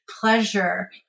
pleasure